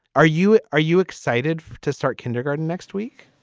are you are you excited to start kindergarten next week